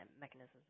mechanisms